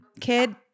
kid